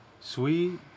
sweet